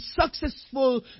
successful